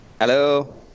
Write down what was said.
Hello